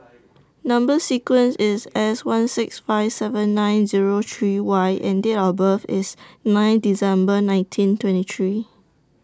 Number sequence IS S one six five seven nine Zero three Y and Date of birth IS nine December nineteen twenty three